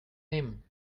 him